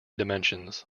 dimensions